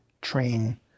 train